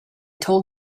told